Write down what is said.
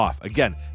Again